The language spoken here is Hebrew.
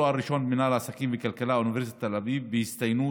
תואר ראשון במינהל עסקים וכלכלה מאוניברסיטת תל אביב בהצטיינות,